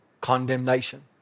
condemnation